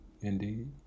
Indeed